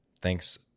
thanks